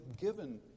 given